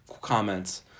comments